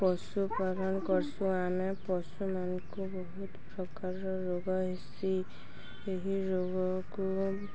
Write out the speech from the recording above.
ପଶୁପାଳନ କର୍ସୁଁ ଆମେ ପଶୁମାନ୍କୁ ବହୁତ୍ ପ୍ରକାର୍ର ରୋଗ ହେସି ଏହି ରୋଗକୁ